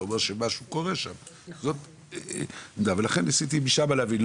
זה אומר שמשהו קורה שם ולכן ניסיתי משמה להבין,